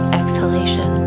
exhalation